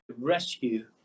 rescue